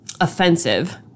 offensive